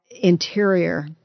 interior